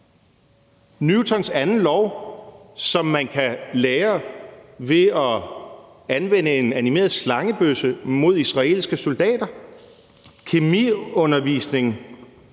Newtons anden lov kan man lære ved at anvende en animeret slangebøsse mod israelske soldater. Der er kemiundervisning,